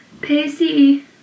Pacey